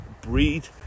breed